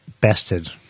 bested